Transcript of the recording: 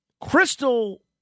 Crystal